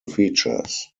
features